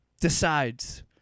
decides